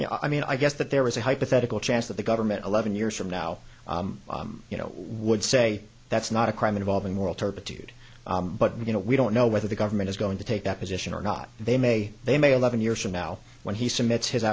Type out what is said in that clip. visa i mean i guess that there was a hypothetical chance that the government eleven years from now you know would say that's not a crime involving moral turpitude but you know we don't know whether the government is going to take that position or not they may they may eleven years from now when he cements his